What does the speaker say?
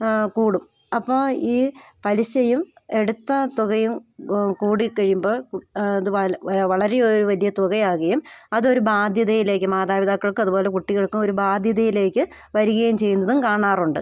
ആ കൂടും അപ്പം ഈ പലിശയും എടുത്ത തുകയും കൂടി കഴിയുമ്പം അത് വളരെ ഒരു വലിയ തുകയാകയും അതൊരു ബാധ്യതയിലേക്ക് മാതാപിതാക്കൾക്ക് അത് പോലെ കുട്ടികൾക്കും ഒരു ബാധ്യതയിലേക്ക് വരികയും ചെയ്യുന്നതും കാണാറുണ്ട്